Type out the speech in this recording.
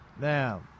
Now